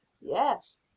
yes